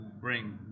bring